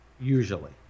Usually